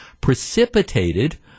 precipitated